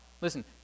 Listen